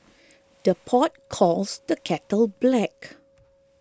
the pot calls the kettle black